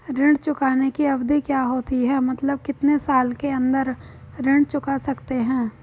ऋण चुकाने की अवधि क्या होती है मतलब कितने साल के अंदर ऋण चुका सकते हैं?